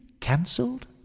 cancelled